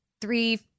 three